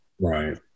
Right